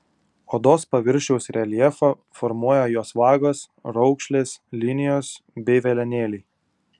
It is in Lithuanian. odos paviršiaus reljefą formuoja jos vagos raukšlės linijos bei velenėliai